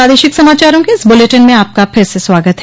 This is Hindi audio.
प्रादेशिक समाचारों के इस बुलेटिन में आपका फिर से स्वागत है